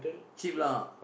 cheap lah